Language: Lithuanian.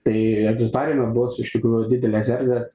tai egzotariume bus iš tikrųjų bus didelės erdvės